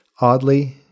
Oddly